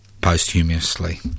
posthumously